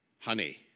Honey